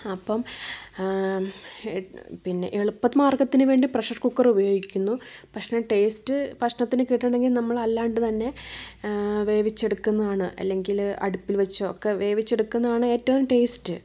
അപ്പം പിന്നെ എളുപ്പ മാർഗ്ഗത്തിനുവേണ്ടി പ്രഷർ കുക്കർ ഉപയോഗിക്കുന്നു പക്ഷേ ടേസ്റ്റ് ഭക്ഷണത്തിനു കിട്ടണമെങ്കിൽ നമ്മൾ അല്ലാണ്ടുതന്നെ വേവിച്ചെടുക്കുന്നതാണ് അല്ലെങ്കിൽ അടുപ്പിൽ വച്ചോ ഒക്കെ വേവിച്ചെടുക്കുന്നതാണ് ഏറ്റവും ടേസ്റ്റ്